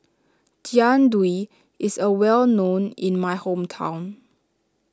Jian Dui is a well known in my hometown